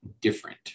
different